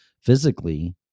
Physically